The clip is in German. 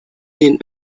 den